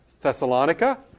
Thessalonica